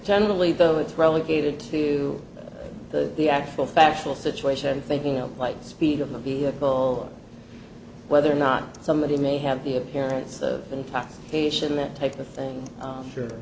generally though it's relegated to the the actual factual situation thinking of light speed of the vehicle whether or not somebody may have the appearance of intoxication that type of thing